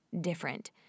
different